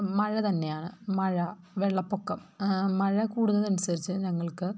മഴ തന്നെയാണ് മഴ വെള്ളപ്പൊക്കം മഴ കൂടുന്നത് അനുസരിച്ച് ഞങ്ങൾക്ക്